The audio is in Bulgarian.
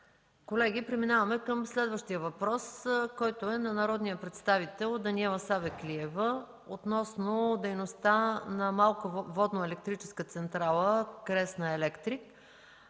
Колеги, преминаваме към следващия въпрос, който е на народния представител Даниела Савеклиева относно дейността на малка ВЕЦ „Кресна-електрик”.